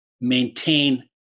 maintain